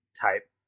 type